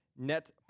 net